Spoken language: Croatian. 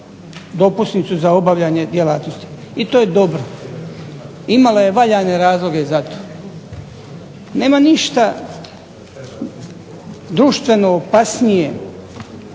za obavljanje djelatnosti. I to je dobro. Imala je valjane razloge za to. Nema ništa društveno opasnije